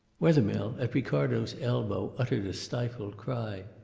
wethermill at ricardo's elbow uttered a stifled cry.